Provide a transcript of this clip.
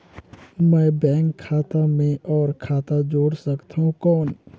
मैं बैंक खाता मे और खाता जोड़ सकथव कौन?